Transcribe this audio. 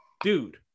dude